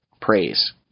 praise